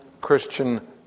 Christian